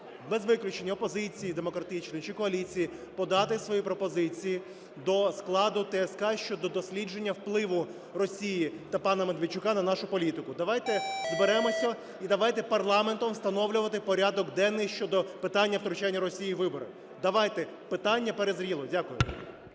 без виключення: опозиції демократичної чи коаліції – подати свої пропозиції до складу ТСК щодо дослідження впливу Росії та пана Медведчука на нашу політику. Давайте зберемося і давайте парламентом встановлювати порядок денний щодо питання втручання Росії у вибори. Давайте, питання перезріло. Дякую.